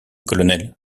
colonel